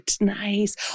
nice